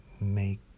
make